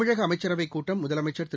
தமிழக அமைச்சரவைக் கூட்டம் முதலமைச்சர் திரு